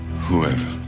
whoever